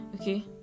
okay